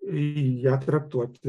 ją traktuoti